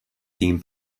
theme